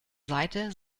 seite